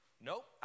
nope